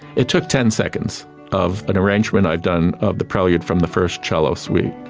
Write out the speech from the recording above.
it took ten seconds of an arrangement i'd done of the prelude from the first cello suite.